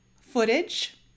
footage